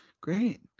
Great